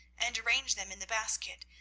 and arranged them in the basket,